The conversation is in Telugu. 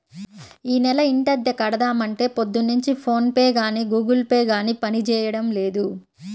యీ నెల ఇంటద్దె కడదాం అంటే పొద్దున్నుంచి ఫోన్ పే గానీ గుగుల్ పే గానీ పనిజేయడం లేదు